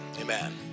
Amen